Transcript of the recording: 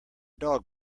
dog